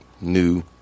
new